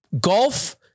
golf